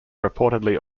reportedly